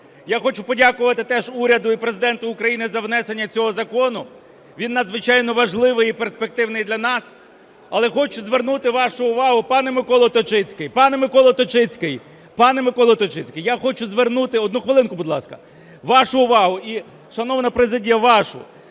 Я хочу подякувати теж уряду і Президенту України за внесення цього закону, він надзвичайно важливий і перспективний для нас. Але хочу звернути вашу увагу, пане Миколо Точицький. Пане Миколо Точицький! Пане Миколо Точицький, одну хвилинку, будь ласка. Я хочу звернути вашу увагу і, шановна президія, вашу.